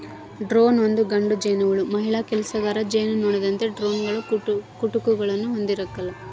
drone ಒಂದು ಗಂಡು ಜೇನುಹುಳು ಮಹಿಳಾ ಕೆಲಸಗಾರ ಜೇನುನೊಣದಂತೆ ಡ್ರೋನ್ಗಳು ಕುಟುಕುಗುಳ್ನ ಹೊಂದಿರಕಲ್ಲ